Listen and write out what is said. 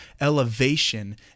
elevation